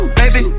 baby